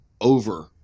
over